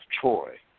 Troy